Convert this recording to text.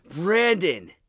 Brandon